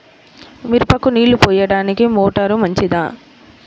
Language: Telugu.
మిరపకు నీళ్ళు పోయడానికి మోటారు మంచిదా?